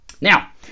Now